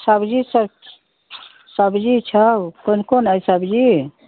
सब्जी सब सब्जी छौ कोन कोन अइ सब्जी